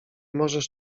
możesz